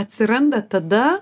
atsiranda tada